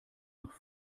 nach